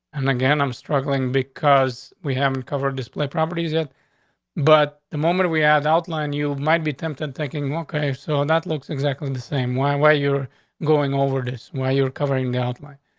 and again, i'm struggling because we haven't covered display properties. that but the moment we add outline, you might be tempted thinking, ok, so and that looks exactly and the same. why? what, you're going over this while you're covering the outline?